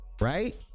Right